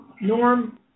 Norm